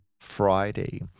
Friday